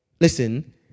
listen